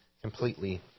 completely